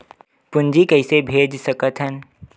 पूंजी कइसे भेज सकत हन?